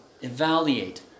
evaluate